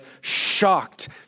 shocked